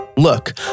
Look